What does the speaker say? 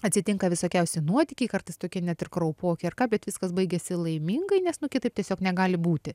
atsitinka visokiausi nuotykiai kartais tokie net ir kraupoki bet viskas baigiasi laimingai nes nu kitaip tiesiog negali būti